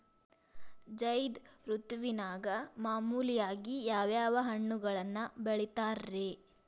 ಝೈದ್ ಋತುವಿನಾಗ ಮಾಮೂಲಾಗಿ ಯಾವ್ಯಾವ ಹಣ್ಣುಗಳನ್ನ ಬೆಳಿತಾರ ರೇ?